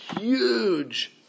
Huge